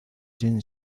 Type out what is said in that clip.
gene